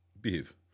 behave